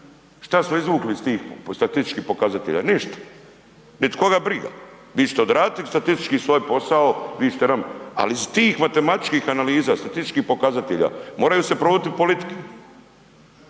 Što smo izvukli iz tih statističkih pokazatelja? Ništa. Nit koga briga. Vi ćete odraditi statistički svoj posao, vi ćete nam, ali iz tih matematičkih analiza, statističkih pokazatelja, moraju se provoditi politike.